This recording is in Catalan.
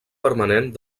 permanent